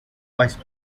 vice